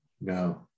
No